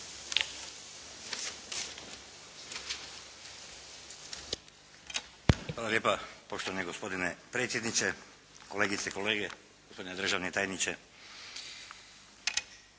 Hvala lijepa poštovani gospodine predsjedniče, kolegice i kolege, gospodine državni tajniče.